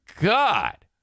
God